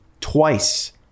twice